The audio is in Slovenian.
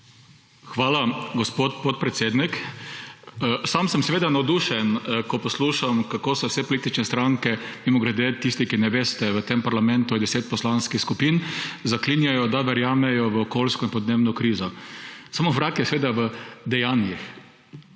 Hvala, gospod podpredsednik. Sam sem seveda navdušen, ko poslušam, kako se vse politične stranke – mimogrede, tisti, ki ne veste, v tem parlamentu je 10 poslanskih skupin – zaklinjajo, da verjamejo v okoljsko in podnebno krizo. Samo vrag je seveda v dejanjih.